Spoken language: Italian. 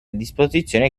disposizione